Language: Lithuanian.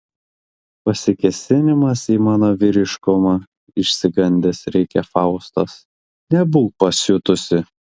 pasikėsinimas į mano vyriškumą išsigandęs rėkia faustas nebūk pasiutusi